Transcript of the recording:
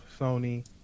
Sony